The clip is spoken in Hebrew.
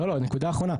לא נקודה אחרונה.